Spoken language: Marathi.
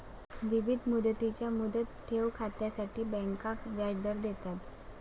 विविध मुदतींच्या मुदत ठेव खात्यांसाठी बँका व्याजदर देतात